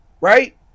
right